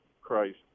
Christ